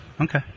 Okay